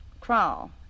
crawl